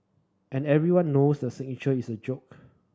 and everyone knows the signature is a joke